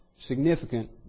significant